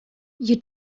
you